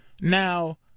Now